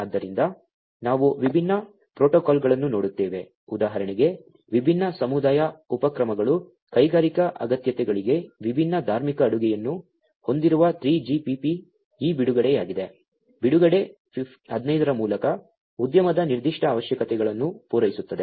ಆದ್ದರಿಂದ ನಾವು ವಿಭಿನ್ನ ಪ್ರೋಟೋಕಾಲ್ಗಳನ್ನು ನೋಡುತ್ತೇವೆ ಉದಾಹರಣೆಗೆ ವಿಭಿನ್ನ ಸಮುದಾಯ ಉಪಕ್ರಮಗಳು ಕೈಗಾರಿಕಾ ಅಗತ್ಯತೆಗಳಿಗೆ ವಿಭಿನ್ನ ಧಾರ್ಮಿಕ ಅಡುಗೆಯನ್ನು ಹೊಂದಿರುವ 3GPP ಈ ಬಿಡುಗಡೆಯಾಗಿದೆ ಬಿಡುಗಡೆ 15 ಮೂಲತಃ ಉದ್ಯಮದ ನಿರ್ದಿಷ್ಟ ಅವಶ್ಯಕತೆಗಳನ್ನು ಪೂರೈಸುತ್ತದೆ